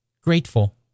grateful